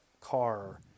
car